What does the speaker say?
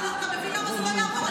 אבל אתה מבין למה זה לא יעבור.